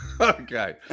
Okay